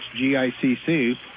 GICC